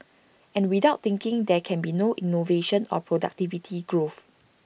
and without thinking there can be no innovation or productivity growth